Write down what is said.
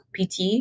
pt